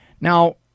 Now